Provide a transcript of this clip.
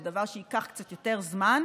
זה דבר שייקח קצת יותר זמן,